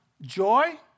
joy